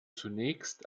zunächst